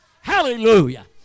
Hallelujah